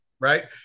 Right